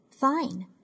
Fine